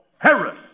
Harris